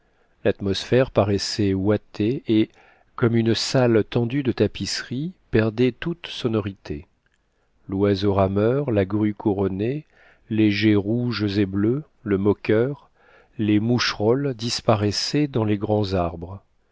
l'atmosphère paraissait ouatée et comme une salle tendue de tapisseries perdait toute sonorité l'oiseau rameur la grue couronnée les geais rouges et bleus le moqueur les moucherolles disparaissaient dans les grands arbres